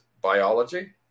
biology